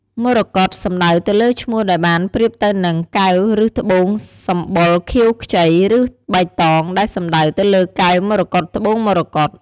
មរកត សំដៅទៅលើឈ្មោះដែលបានប្រៀបទៅនឹង កែវឬត្បូងសម្បុរខៀវខ្ចី ឬបៃតង ដែលសំដៅទៅលើ កែវមរកត ត្បូងមរកត។